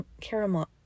caramel